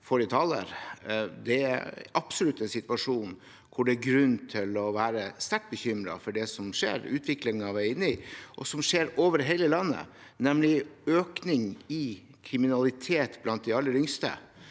Det er absolutt en situasjon hvor det er grunn til å være sterkt bekymret for det som skjer, den utviklingen vi er inne i og som skjer over hele landet, nemlig en økning i kriminalitet blant de aller yngste.